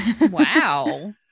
wow